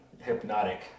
hypnotic